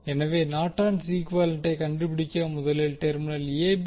எனவே நார்ட்டன்ஸ் ஈகுவேலண்டை norton's equivalent கண்டுபிடிக்க முதலில் டெர்மினல் a b